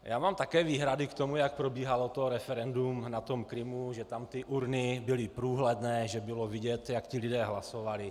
Já mám také výhrady k tomu, jak probíhalo referendum na Krymu, že tam urny byly průhledné, že bylo vidět, jak ti lidé hlasovali.